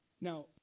Now